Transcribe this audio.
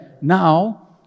now